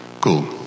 Cool